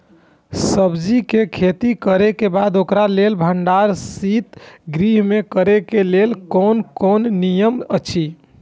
सब्जीके खेती करे के बाद ओकरा लेल भण्डार शित गृह में करे के लेल कोन कोन नियम अछि?